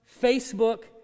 Facebook